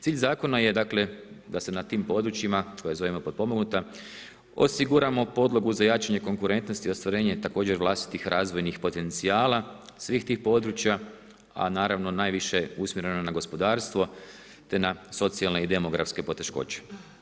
Cilj Zakona je dakle da se na tim područjima koja zovemo potpomognuta osiguramo podlogu za jačanje konkurentnosti ostvarenje također vlastitih razvojnih potencijala svih tih područja, a naravno najviše usmjereno na gospodarstvo, te na socijalne i demografske poteškoće.